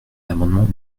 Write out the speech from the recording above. l’amendement